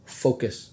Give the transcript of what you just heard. focus